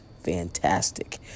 fantastic